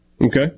Okay